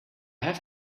have